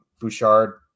Bouchard